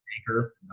Anchor